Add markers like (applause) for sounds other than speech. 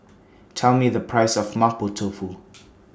Tell Me The Price of Mapo Tofu (noise)